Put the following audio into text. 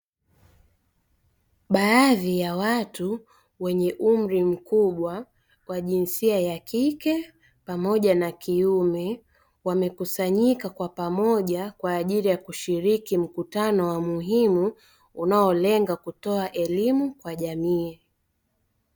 Baadhi ya watu wenye umri mkubwa wa jinsia ya kike pamoja na kiume, wamekusanyika kwa pamoja kwa ajili ya kushiriki mkutano wa muhimu unaolenga kutoa elimu kwa jamii.